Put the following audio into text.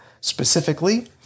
specifically